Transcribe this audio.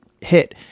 hit